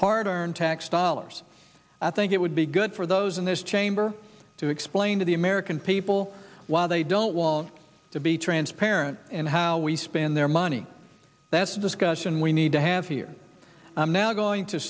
hard earned tax dollars i think it would be good for those in this chamber to explain to the american people why they don't to be transparent and how we spend their money that's a discussion we need to have here i'm now going to